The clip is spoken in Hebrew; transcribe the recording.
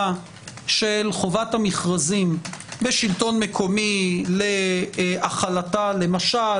של חובת המכרזים בשלטון המקומי להחלתה למשל,